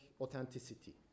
authenticity